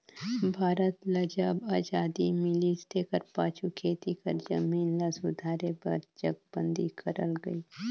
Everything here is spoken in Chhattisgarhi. भारत ल जब अजादी मिलिस तेकर पाछू खेती कर जमीन ल सुधारे बर चकबंदी करल गइस